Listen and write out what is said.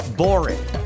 boring